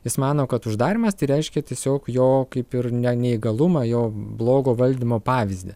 jis mano kad uždarymas reiškia tiesiog jo kaip ir ne neįgalumą jo blogo valdymo pavyzdį